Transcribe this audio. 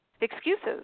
excuses